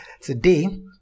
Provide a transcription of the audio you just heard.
Today